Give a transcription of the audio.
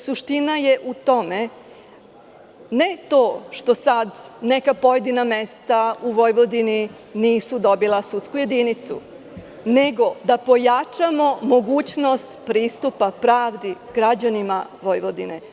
Suština je u tome, ne to što sada neka pojedina mesta u Vojvodini nisu dobila sudsku jedinicu, nego da pojačamo mogućnost pristupapravdi i građanima Vojvodine.